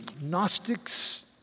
Gnostics